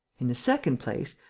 in the second place,